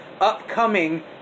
upcoming